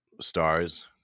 stars